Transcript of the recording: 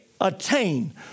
attain